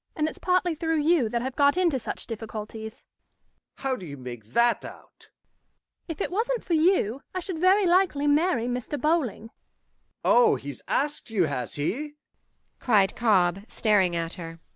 and it's partly through you that i've got into such difficulties how do you make that out if it wasn't for you, i should very likely marry mr. bowling oh, he's asked you, has he cried cobb, staring at her.